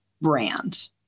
brand